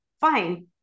fine